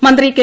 മന്ത്രി കെ